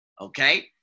Okay